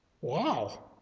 wow